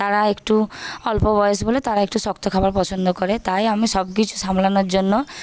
তারা একটু অল্প বয়েস বলে তারা একটু শক্ত খাবার পছন্দ করে তাই আমি সব কিছু সামলানোর জন্য